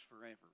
forever